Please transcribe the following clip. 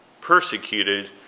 persecuted